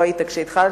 לא היית כשהתחלתי,